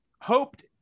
hoped